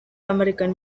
american